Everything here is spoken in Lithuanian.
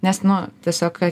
nes nu tiesiog